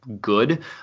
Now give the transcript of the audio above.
good